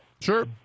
Sure